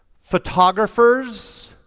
photographers